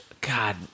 God